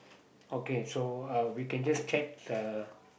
okay so uh we can just check uh